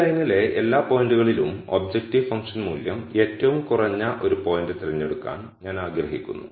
ഈ ലൈനിലെ എല്ലാ പോയിന്റുകളിലും ഒബ്ജക്റ്റീവ് ഫംഗ്ഷൻ മൂല്യം ഏറ്റവും കുറഞ്ഞ ഒരു പോയിന്റ് തിരഞ്ഞെടുക്കാൻ ഞാൻ ആഗ്രഹിക്കുന്നു